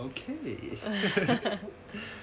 okay